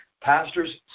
Pastors